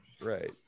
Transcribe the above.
Right